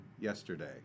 yesterday